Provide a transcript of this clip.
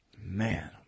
Man